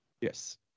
Yes